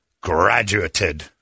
graduated